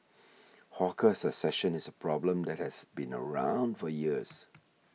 hawker succession is a problem that has been around for years